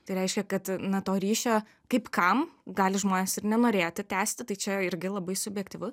tai reiškia kad na to ryšio kaip kam gali žmonės ir nenorėti tęsti tai čia irgi labai subjektyvu